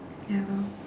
ya lor